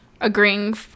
Agreeing